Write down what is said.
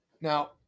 Now